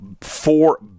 four